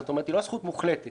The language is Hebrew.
זאת אומרת, היא לא זכות מוחלטת